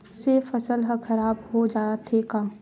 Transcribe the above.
से फसल ह खराब हो जाथे का?